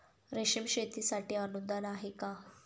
रेशीम शेतीसाठी अनुदान आहे का?